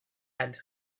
and